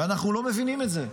אנחנו לא מבינים את זה.